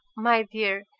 my dear,